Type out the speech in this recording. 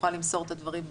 אוכל למסור את הדברים בהמשך.